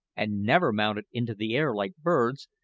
and never mounted into the air like birds,